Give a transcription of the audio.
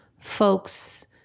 folks